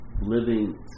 living